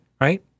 right